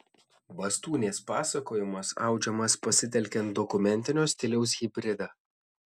bastūnės pasakojimas audžiamas pasitelkiant dokumentinio stiliaus hibridą